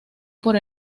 por